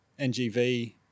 NGV